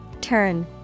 Turn